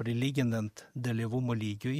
prilyginant dalyvumo lygiui